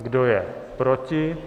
Kdo je proti?